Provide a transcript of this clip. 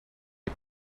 est